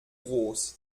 groß